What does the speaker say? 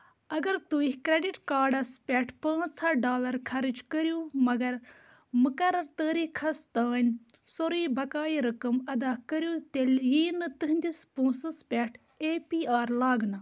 اگر تُہۍ کرٛیٚڈِٹ کارڈٕس پٮ۪ٹھٕ پانٛژھ ہَتھ ڈالر خرٕچ کٔرِو مگر مُقرر تٲریٖخس تام سورُے بَقایہِ رَقم اَدا کٔرِو تیٚلہِ یی نہٕ تُہٕنٛدِس پونٛسَس پٮ۪ٹھ اے پی آر لاگنہٕ